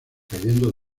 cayendo